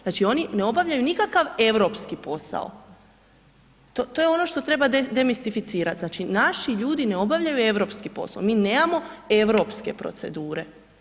Znači oni ne obavljaju nikakav europski posao, to je ono što treba demistificirati, znači ljudi ne obavljaju europski posao, mi nemamo europske procedure.